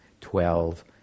twelve